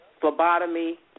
phlebotomy